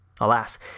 Alas